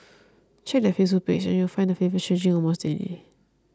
check their Facebook page and you will find the flavours changing almost daily